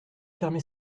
fermé